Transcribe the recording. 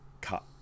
cut